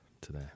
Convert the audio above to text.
today